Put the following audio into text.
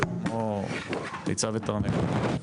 זה כמו ביצה ותרנגולת.